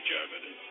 Germany